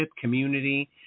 community